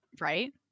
Right